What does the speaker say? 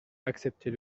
acceptez